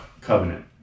covenant